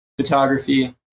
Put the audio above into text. photography